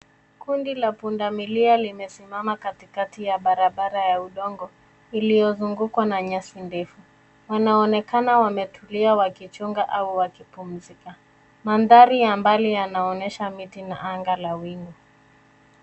Kundi la pundamilia limesimama katikati ya barabara ya udongo iliyozozungukwa na nyasi ndefu. Wanaonekana wametulia wakichunga au wakipumzika. Mandhari ya mbali yanaonesha miti na anga la wingu.